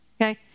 Okay